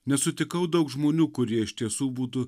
nesutikau daug žmonių kurie iš tiesų būtų